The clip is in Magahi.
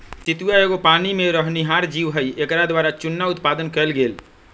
सितुआ एगो पानी में रहनिहार जीव हइ एकरा द्वारा चुन्ना उत्पादन कएल गेल